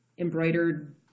embroidered